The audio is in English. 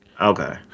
Okay